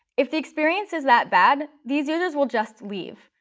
if the experience is that bad, these users will just leave.